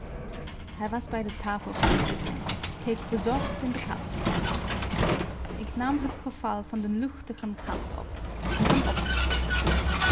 hij was bij de tafel gaan zitten keek bezorgd in de kaarsvlam ik nam het geval van den luchtigen kant op om hem op te vroolijken